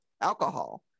alcohol